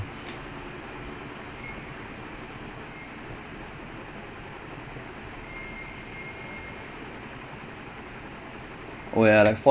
no lah அது:athu it's just poor business from barcelona like raakadich வந்து:vanthu P_S_G வந்து:vanthu like two years ago they asked him for forty million